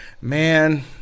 man